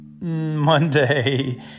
Monday